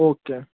okay